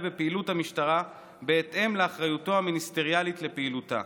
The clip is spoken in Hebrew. בפעילות המשטרה בהתאם לאחריותו המיניסטריאלית לפעילותה,